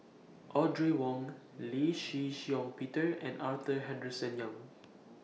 Audrey Wong Lee Shih Shiong Peter and Arthur Henderson Young